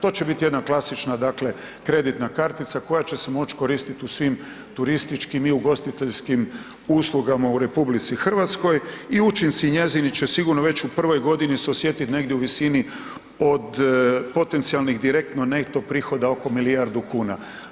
To će biti jedna klasična kreditna kartica koja će se moći koristiti u svim turističkim i ugostiteljskim uslugama u RH i učinci njezini će sigurno već u prvoj godini se osjetiti negdje u visini od potencijalnih direktno neto prihoda oko milijardu kuna.